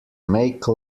make